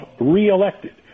reelected